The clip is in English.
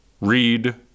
Read